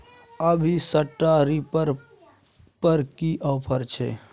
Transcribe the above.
अभी straw reaper पर की ऑफर छै?